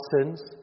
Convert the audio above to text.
sins